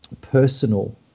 personal